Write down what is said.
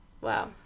Wow